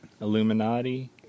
Illuminati